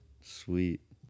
sweet